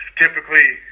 typically